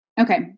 okay